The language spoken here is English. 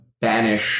banish